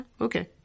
okay